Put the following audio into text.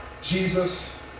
Jesus